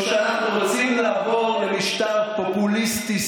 או שאנחנו רוצים לעבור למשטר פופוליסטי,